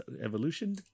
Evolution